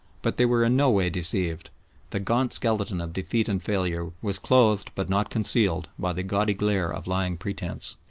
but they were in no way deceived the gaunt skeleton of defeat and failure was clothed but not concealed by the gaudy glare of lying pretence.